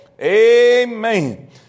Amen